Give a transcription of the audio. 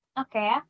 okay